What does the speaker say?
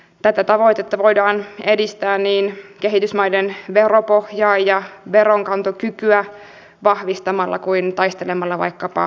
tätä tavoitetta voidaan edistää niin kehitysmaiden veropohjaa ja veronkantokykyä vahvistamalla kuin taistelemalla vaikkapa korruptiota vastaan